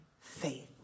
faith